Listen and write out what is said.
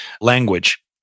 language